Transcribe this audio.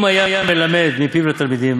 אם היה מלמד מפיו לתלמידים,